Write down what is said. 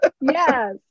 Yes